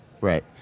Right